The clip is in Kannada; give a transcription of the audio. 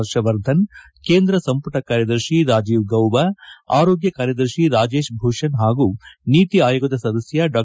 ಹರ್ಷವರ್ಧನ್ ಕೇಂದ್ರ ಸಂಪುಟ ಕಾರ್ಯದರ್ಶಿ ರಾಜೀವ್ ಗೌಬಾ ಆರೋಗ್ವ ಕಾರ್ಯದರ್ಶಿ ರಾಜೇಶ್ ಭೂಷಣ್ ಹಾಗೂ ನೀತಿ ಆಯೋಗದ ಸದಸ್ನ ಡಾ